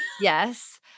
yes